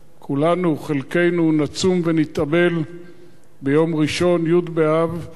כולנו, חלקנו, נצום ונתאבל ביום ראשון, י' באב,